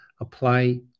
apply